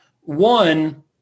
One